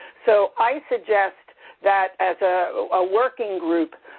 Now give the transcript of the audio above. so, i suggest that, as ah a working group,